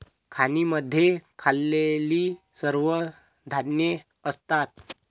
खाणींमध्ये खाल्लेली सर्व धान्ये असतात